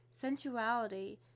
Sensuality